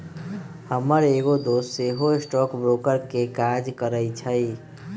हमर एगो दोस सेहो स्टॉक ब्रोकर के काज करइ छइ